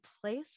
place